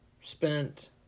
Spent